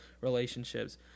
relationships